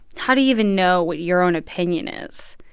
how do you even know what your own opinion is?